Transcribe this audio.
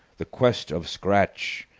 the quest of scratch!